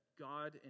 God